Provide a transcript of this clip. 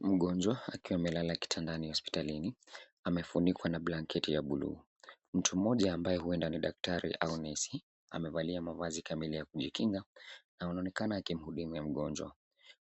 Mgonjwa akiwa amelala kitandani hospitalini amefunikwa na blanketi ya buluu. Mtu moja ambayo huenda ni daktari au nesi amevalia mavazi kamili ya kujikinga na anonekana akimhudumia mgonjwa.